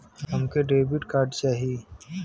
हमके debit card चाही?